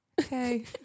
okay